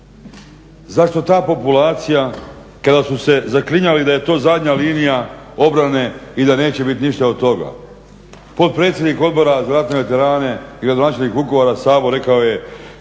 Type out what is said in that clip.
Zašto ta populacija kada su se zaklinjali da je to zadnja linija obrane i da neće biti ništa od toga? Potpredsjednik Odbora za ratne veterane i gradonačelnik Vukovara Sabo rekao prava